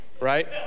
Right